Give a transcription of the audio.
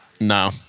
No